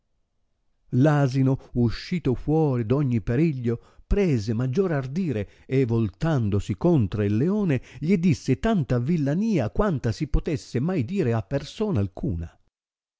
asino uscito fuori d ogni periglio prese maggior ardire e voltatosi contra il leone gli disse tanta villania quanta si potesse mai dire a persona alcuna